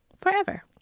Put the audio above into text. forever